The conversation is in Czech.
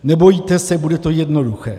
Nebojte se, bude to jednoduché.